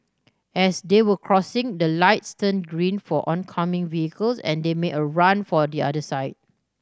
as they were crossing the lights turned green for oncoming vehicles and they made a run for the other side